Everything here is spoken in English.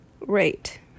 rate